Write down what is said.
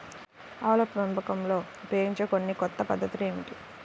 ఆవుల పెంపకంలో ఉపయోగించే కొన్ని కొత్త పద్ధతులు ఏమిటీ?